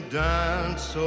dance